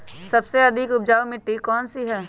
सबसे अधिक उपजाऊ मिट्टी कौन सी हैं?